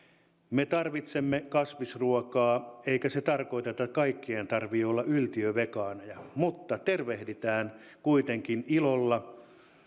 me tarvitsemme kasvisruokaa eikä se tarkoita että kaikkien tarvitsee olla yltiövegaaneja mutta tervehditään kuitenkin ilolla